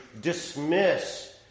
dismiss